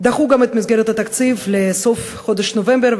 דחו גם את מסגרת התקציב לסוף חודש נובמבר,